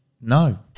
No